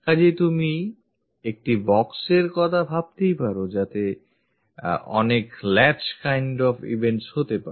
কাজেই তুমি একটি box এর কথা ভাবতেই পারো যাতে অনেক latch kind of eventsহতে পারে